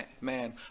man